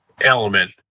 element